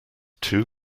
too